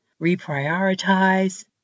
reprioritize